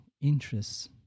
interests